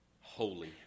holy